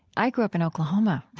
i grew up in oklahoma,